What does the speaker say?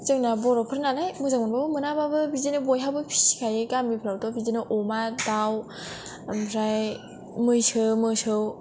जोंना बर'फोरनालाय मोजां मोनाबाबो बिदिनो बयहाबो फिसिखायो गामिफोरावथ' बिदिनो अमा दाउ ओमफ्राय मैसो मोसौ